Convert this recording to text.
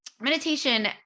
meditation